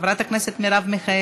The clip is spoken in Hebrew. חברת הכנסת מרב מיכאלי,